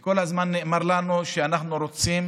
כל הזמן נאמר לנו: אנחנו רוצים